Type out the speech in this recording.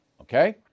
Okay